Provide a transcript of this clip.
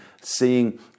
seeing